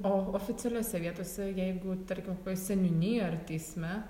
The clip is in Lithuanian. o oficialiose vietose jeigu tarkim kokioj seniūnijoj ar teisme